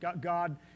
God